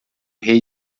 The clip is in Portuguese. rei